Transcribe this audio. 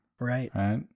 Right